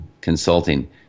consulting